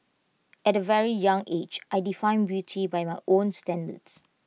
at A very young age I defined beauty by my own standards